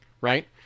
Right